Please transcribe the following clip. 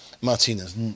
Martinez